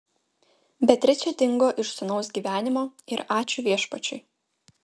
beatričė dingo iš sūnaus gyvenimo ir ačiū viešpačiui